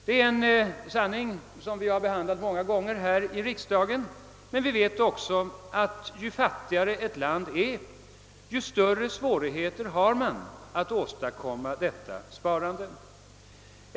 Det är en sanning som vi har behandlat många gånger här i riksdagen. Vi vet emellertid att ju fattigare ett land är, desto större svårigheter har det att åstadkomma detta sparande.